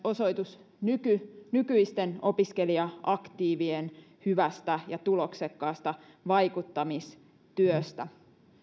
osoitus nykyisten nykyisten opiskelija aktiivien hyvästä ja tuloksekkaasta vaikuttamistyöstä